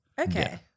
Okay